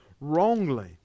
wrongly